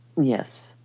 Yes